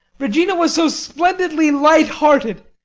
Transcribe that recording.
regina was so splendidly light-hearted.